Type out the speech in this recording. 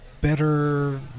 better